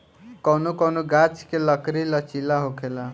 कौनो कौनो गाच्छ के लकड़ी लचीला होखेला